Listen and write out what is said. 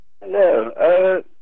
Hello